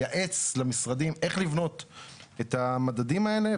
לייעץ למשרדים איך לבנות את המדדים האלה,